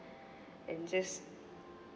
and just